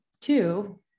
Two